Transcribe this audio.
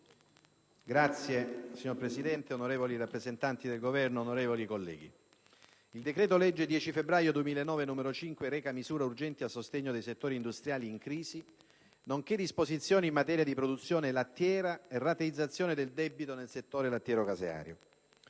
*(PD)*. Signor Presidente, onorevoli rappresentanti del Governo, onorevoli colleghi, il decreto-legge 10 febbraio 2009, n. 5, reca misure urgenti a sostegno dei settori industriali in crisi, nonché disposizioni in materia di produzione lattiera e rateizzazione del debito nel settore lattiero-caseario.